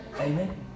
Amen